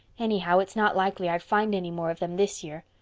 anyhow, it's not likely i'd find any more of them this year.